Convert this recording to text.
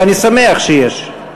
ואני שמח שיש,